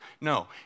No